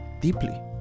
deeply